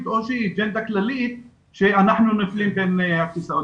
או שהיא אג'נדה כללית ואנחנו נופלים בין הכיסאות.